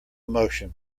emotion